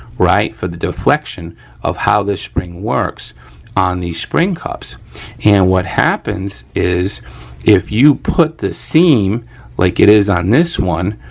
right, for the deflection of how this spring works on the spring cups and what happens is if you put the seam like it is on this one,